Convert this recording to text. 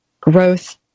growth